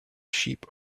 sheep